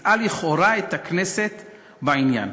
הטעה לכאורה את הכנסת בעניין.